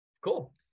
Cool